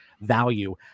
value